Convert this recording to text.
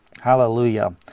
Hallelujah